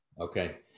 okay